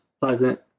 pleasant